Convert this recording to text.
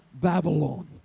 Babylon